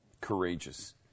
courageous